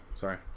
sorry